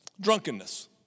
Drunkenness